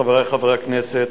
חברי חברי הכנסת,